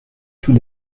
tout